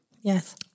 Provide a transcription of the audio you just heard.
Yes